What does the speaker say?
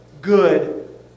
good